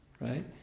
right